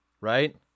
right